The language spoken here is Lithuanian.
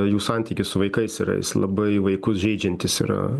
jų santykis su vaikais yra jis labai vaikus žeidžiantis yra